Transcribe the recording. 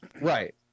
Right